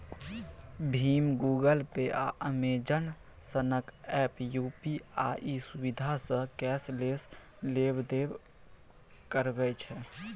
भीम, Google Pay, आ Amazon सनक app UPI सुविधासँ कैशलेस लेब देब करबै छै